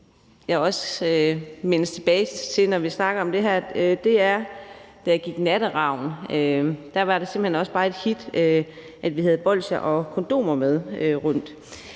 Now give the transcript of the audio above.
jeg også mindes, når vi snakker om det her, er, da jeg gik Natteravn. Der var det simpelt hen også bare et hit, at vi havde bolsjer og kondomer med rundt.